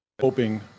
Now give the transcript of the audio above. Hoping